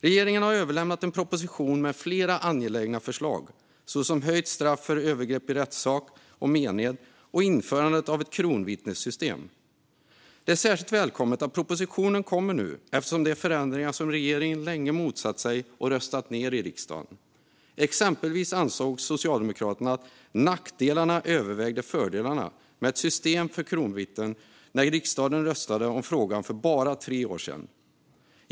Regeringen har överlämnat en proposition med flera angelägna förslag, såsom höjt straff för övergrepp i rättssak och mened och införandet av ett kronvittnessystem. Det är särskilt välkommet att propositionen kommer nu, eftersom det är förändringar som regeringen länge motsatt sig och som man röstat ned i riksdagen. Exempelvis ansåg Socialdemokraterna att nackdelarna övervägde fördelarna med ett system med kronvittnen när riksdagen röstade om frågan för bara tre år sedan.